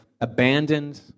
abandoned